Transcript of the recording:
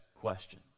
question